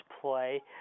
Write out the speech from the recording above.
play